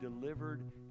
delivered